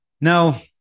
Now